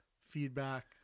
feedback